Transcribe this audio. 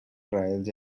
trials